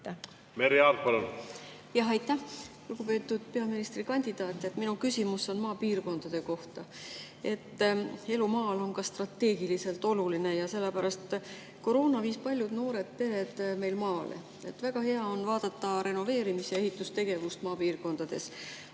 Aart, palun! Aitäh! Lugupeetud peaministrikandidaat! Minu küsimus on maapiirkondade kohta. Elu maal on strateegiliselt oluline. Koroona viis paljud noored pered meil maale. Väga hea on vaadata renoveerimis- ja ehitustegevust maapiirkondades.